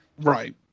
Right